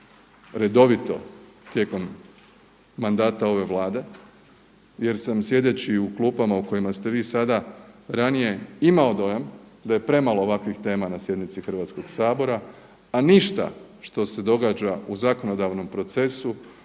redovito tijekom mandata ove Vlade jer sam sjedeći u klupama u kojima ste vi sada ranije imao dojam da je premalo ovakvih tema na sjednici Hrvatskog sabora, a ništa što se događa u zakonodavnom procesu